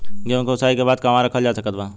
गेहूँ के ओसाई के बाद कहवा रखल जा सकत बा?